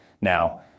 Now